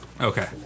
Okay